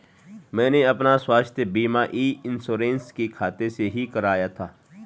मैंने अपना स्वास्थ्य बीमा ई इन्श्योरेन्स के खाते से ही कराया था